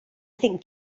think